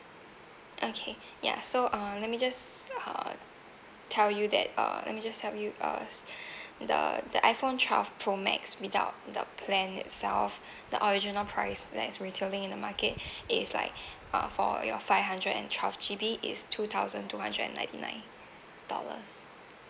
okay ya so uh let me just uh tell you that uh let me just tell you uh the the iPhone twelve pro max without the plan itself the original price like is retailing in the market is like uh for your five hundred and twelve G_B is two thousand two hundred and ninety nine dollars